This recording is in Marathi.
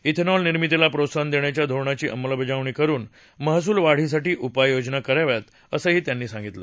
इथेनॉलनिर्मितीला प्रोत्साहन देण्याच्या धोरणाची अंमलबजावणी करुन महसूलवाढीसाठी उपाययोजना कराव्यात असंही त्यांनी सांगितलं